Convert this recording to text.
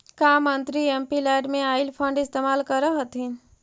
का मंत्री एमपीलैड में आईल फंड इस्तेमाल करअ हथीन